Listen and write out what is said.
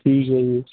ਠੀਕ ਹੈ ਜੀ